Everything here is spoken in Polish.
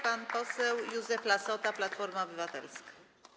Pan poseł Józef Lassota, Platforma Obywatelska.